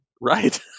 Right